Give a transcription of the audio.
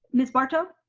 miss barto.